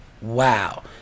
wow